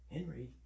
Henry